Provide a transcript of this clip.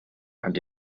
and